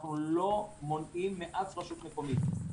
ואנחנו לא מונעים מאף רשות מקומית.